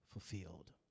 fulfilled